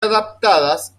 adaptadas